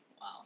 Wow